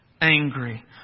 angry